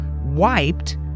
wiped